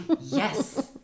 yes